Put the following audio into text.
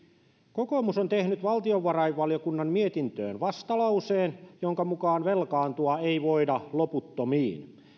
kokoomus on tehnyt valtiovarainvaliokunnan mietintöön vastalauseen jonka mukaan velkaantua ei voida loputtomiin